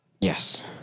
Yes